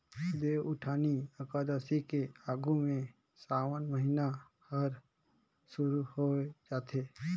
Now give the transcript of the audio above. देवउठनी अकादसी के आघू में सावन महिना हर सुरु होवे जाथे